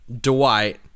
Dwight